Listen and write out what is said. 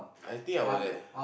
I think I'll work there